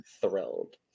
Thrilled